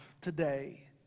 today